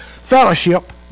fellowship